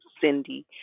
Cindy